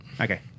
Okay